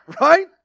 Right